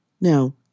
Now